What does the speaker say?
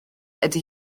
ydy